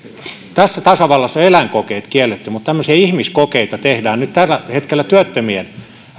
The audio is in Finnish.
tässä tasavallassa eläinkokeet on kielletty mutta tämmöisiä ihmiskokeita tehdään nyt tällä hetkellä työttömien